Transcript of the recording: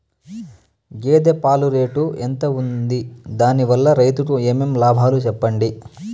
గేదె పాలు రేటు ఎంత వుంది? దాని వల్ల రైతుకు ఏమేం లాభాలు సెప్పండి?